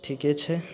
ठीके छै